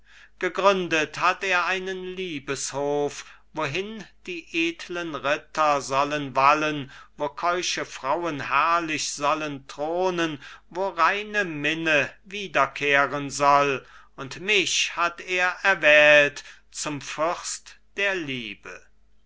gegründet hat er einen liebeshof wohin die edlen ritter sollen wallen wo keusche frauen herrlich sollen thronen wo reine minne wiederkehren soll und mich hat er erwählt zum fürst der liebe